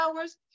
hours